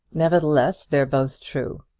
nevertheless they're both true.